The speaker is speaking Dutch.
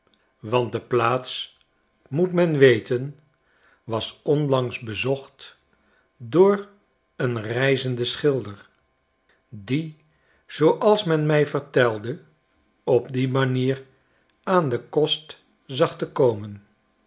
want de plaats moet men weten was onlangs bezocht door een reizenden schilder die zooals men mij vertelde op die manier aan denkostzag tekomen